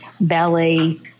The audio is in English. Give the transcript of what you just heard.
ballet